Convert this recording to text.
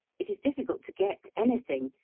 it is difficult to get anything,